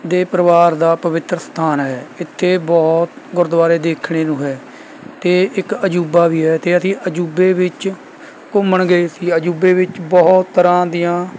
ਦੇ ਪਰਿਵਾਰ ਦਾ ਪਵਿੱਤਰ ਸਥਾਨ ਹੈ ਇੱਥੇ ਬਹੁਤ ਗੁਰਦੁਆਰੇ ਦੇਖਣ ਨੂੰ ਹੈ ਅਤੇ ਇੱਕ ਅਜੂਬਾ ਵੀ ਹੈ ਅਤੇ ਅਸੀਂ ਅਜੂਬੇ ਵਿੱਚ ਘੁੰਮਣ ਗਏ ਸੀ ਅਜੂਬੇ ਵਿੱਚ ਬਹੁਤ ਤਰ੍ਹਾਂ ਦੀਆਂ